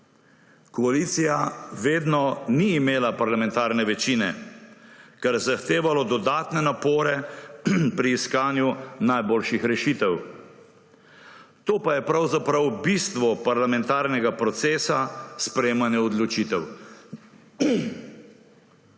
Koalicija ni imela vedno parlamentarne večine, kar je zahtevalo dodatne napore pri iskanju najboljših rešitev. To pa je pravzaprav bistvo parlamentarnega procesa – sprejemanje odločitev.